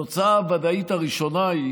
התוצאה הוודאית הראשונה היא